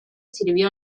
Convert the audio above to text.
sirvió